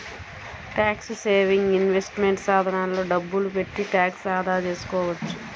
tax saving investment సాధనాల్లో డబ్బులు పెట్టి ట్యాక్స్ ఆదా చేసుకోవచ్చు